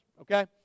Okay